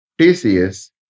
TCS